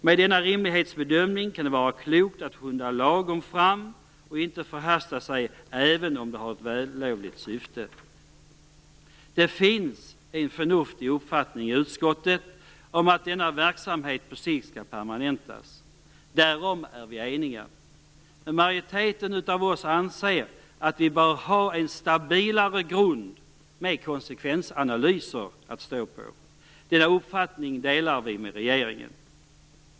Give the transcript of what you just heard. Med denna rimlighetsbedömning kan det vara klokt att skynda fram i lagom takt och inte förhasta sig även om det har ett vällovligt syfte. Det finns en förnuftig uppfattning i utskottet om att denna verksamhet på sikt skall permanentas. Om detta är vi eniga. Men majoriteten av oss anser att vi bör ha en stabilare grund med konsekvensanalyser att stå på. Denna uppfattning delar vi med regeringen.